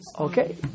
okay